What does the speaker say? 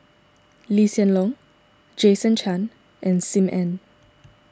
Lee Hsien Loong Jason Chan and Sim Ann